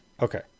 Okay